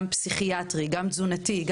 פסיכיאטרי וגם תזונתי.